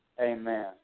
Amen